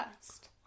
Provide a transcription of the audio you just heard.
first